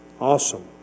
Awesome